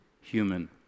human